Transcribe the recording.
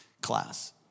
class